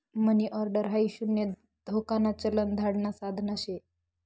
मनी order हाई शून्य धोकान चलन धाडण साधन शे